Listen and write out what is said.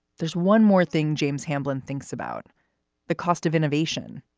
there's one more thing james hamblin thinks about the cost of innovation.